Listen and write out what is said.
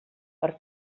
per